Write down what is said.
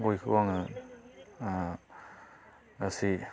गायखौ आङो ओ गासै